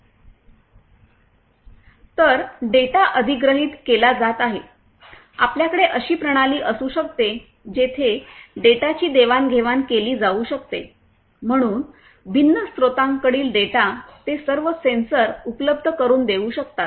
तर डेटा अधिग्रहित केला जात आहे आपल्याकडे अशी प्रणाली असू शकते जेथे डेटाची देवाणघेवाण केली जाऊ शकते म्हणून भिन्न स्त्रोतांकडील डेटा ते सर्व सेन्सर उपलब्ध करुन देऊ शकतात